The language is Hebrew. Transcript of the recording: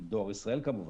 דואר ישראל כמובן.